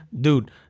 Dude